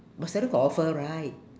but seldom got offer right